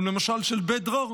למשל של בית דרור,